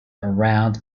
around